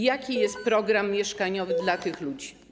Jaki jest program mieszkaniowy dla tych ludzi?